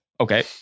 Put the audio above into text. okay